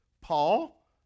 Paul